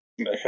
Okay